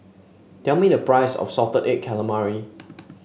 tell me the price of Salted Egg Calamari